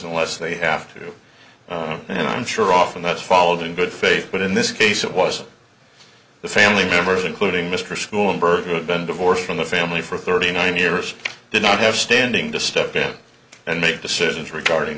unless they have to and i'm sure often that's followed in good faith but in this case it was the family members including mr school and bird has been divorced from the family for thirty nine years did not have standing to step down and make decisions regarding